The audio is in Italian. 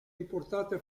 riportate